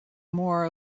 more